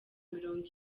mirongo